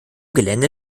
gelände